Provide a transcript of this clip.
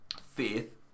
faith